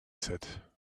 said